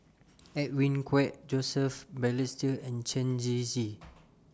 Edwin Koek Joseph Balestier and Chen Shiji